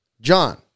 John